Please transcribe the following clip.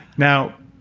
now,